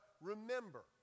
remember